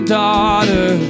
daughter